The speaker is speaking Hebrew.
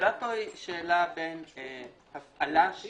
השאלה פה היא שאלה בין - על אף שהן